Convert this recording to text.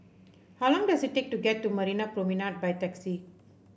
how long does it take to get to Marina Promenade by taxi